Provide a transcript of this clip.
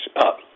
up